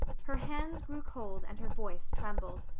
her hands grew cold and her voice trembled.